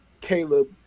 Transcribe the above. Caleb